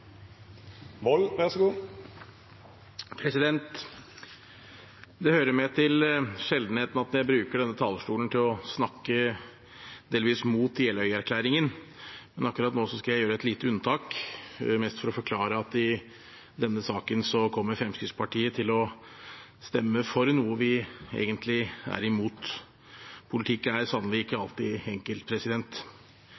hører med til sjeldenhetene at jeg bruker denne talerstolen til å snakke delvis mot Jeløya-erklæringen, men akkurat nå skal jeg gjøre et lite unntak, mest for å forklare at i denne saken kommer Fremskrittspartiet til å stemme for noe vi egentlig er imot. Politikk er sannelig ikke